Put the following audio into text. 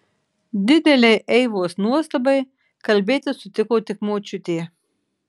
didelei eivos nuostabai kalbėti sutiko tik močiutė